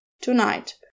tonight